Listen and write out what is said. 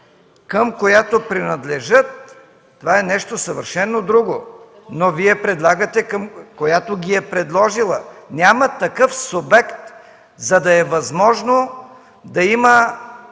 към която принадлежат, това е нещо съвършено друго! Но Вие предлагате „която ги е предложила”. Няма такъв субект, за да има възможност да